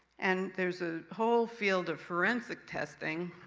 and there's a whole field of forensic testing,